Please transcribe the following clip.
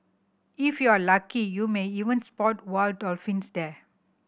if you are lucky you may even spot wild dolphins there